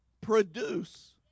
produce